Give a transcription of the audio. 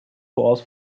was